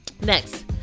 next